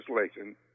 legislation